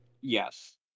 Yes